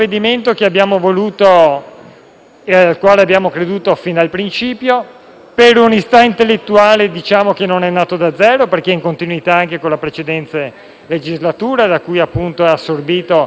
al quale abbiamo creduto fin dal principio. Per onestà intellettuale diciamo che non è nato da zero, perché è in continuità con la precedente legislatura, da cui ha assorbito indicazioni importanti.